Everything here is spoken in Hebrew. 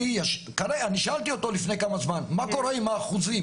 אני שאלתי אותו לפני כמה זמן מה קורה עם האחוזים?